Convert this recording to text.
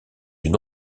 une